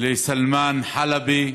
לסלמאן חלבי,